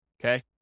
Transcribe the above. okay